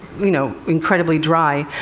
you know, incredibly dry,